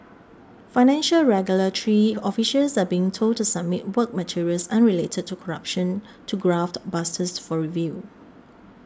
financial regulatory officials are being told to submit work materials unrelated to corruption to graft busters for review